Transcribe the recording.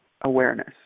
awareness